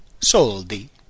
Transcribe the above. Soldi